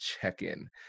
check-in